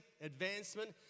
advancement